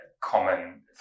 common